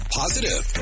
positive